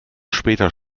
später